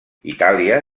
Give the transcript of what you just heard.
itàlia